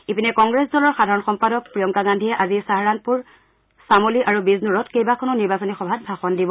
ইপিনে কংগ্ৰেছ দলৰ সাধাৰণ সম্পাদক প্ৰিয়ংকা গান্ধীয়ে আজি ছাহাৰণপুৰ চামলী আৰু বিজনোৰত কেইবাখনো নিৰ্বাচনী সভাত ভাষণ দিব